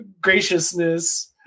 graciousness